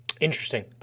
Interesting